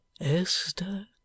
Esther